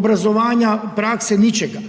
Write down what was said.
obrazovanje, prakse ničega.